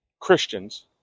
Christians